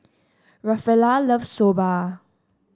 Rafaela loves Soba